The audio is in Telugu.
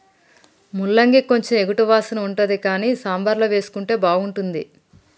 ముల్లంగి కొంచెం ఎగటు వాసన ఉంటది కానీ సాంబార్ల వేసుకుంటే బాగుంటుంది